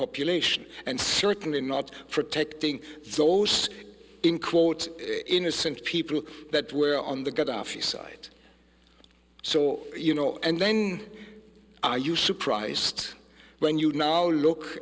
population and certainly not protecting those in quote innocent people that were on the gadhafi side so you know and then are you surprised when you now look